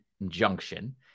injunction